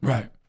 Right